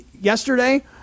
yesterday